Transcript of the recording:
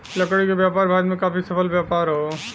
लकड़ी क व्यापार भारत में काफी सफल व्यापार हौ